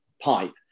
pipe